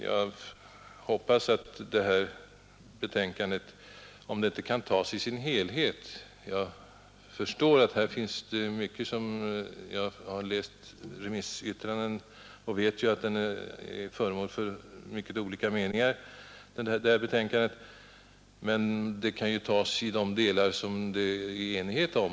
Jag hoppas att det här betänkandet, om det inte kan tas i sin helhet — jag har läst remissyttranden och vet att det är föremål för mycket olika meningar — ändå kan tas i de delar som det är enighet om.